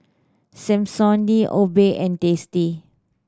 Samsonite Obey and Tasty